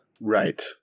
Right